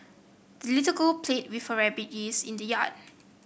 the little girl played with her rabbit and geese in the yard